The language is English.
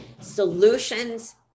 solutions